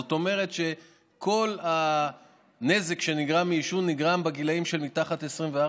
זאת אומרת שכל הנזק שנגרם מעישון נגרם בגילים שמתחת ל-24,